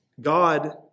God